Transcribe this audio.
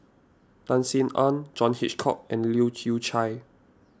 Tan Sin Aun John Hitchcock and Leu Yew Chye